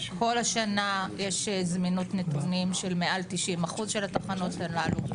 כל השנה יש זמינות נתונים של מעל 90% של התחנות הללו.